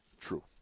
True